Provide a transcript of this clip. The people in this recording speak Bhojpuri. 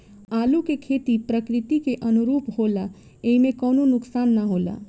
आलू के खेती प्रकृति के अनुरूप होला एइमे कवनो नुकसान ना होला